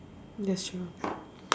that's true